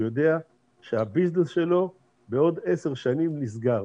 יודע שהביזנס שלו בעוד עשר שנים נסגר.